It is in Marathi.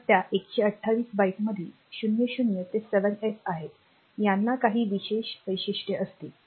तर त्या 128 बाइट्समधे 00 ते 7 F आहेतयांना काही विशेष वैशिष्ट्ये असतील